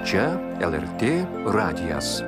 čia lrt radijas